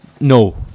No